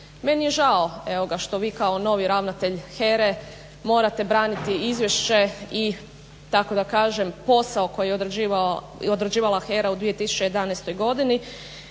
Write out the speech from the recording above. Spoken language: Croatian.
Meni je žao evo ga što vi kao novi ravnatelj HERA-e morate braniti izvješće i tako da kažem posao koji je odrađivala HERA-a u 2011. godini